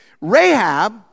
Rahab